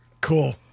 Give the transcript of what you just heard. Cool